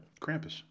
Krampus